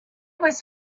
was